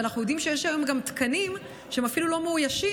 ואנחנו יודעים שיש היום גם תקנים שאפילו לא מאוישים,